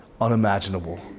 unimaginable